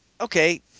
okay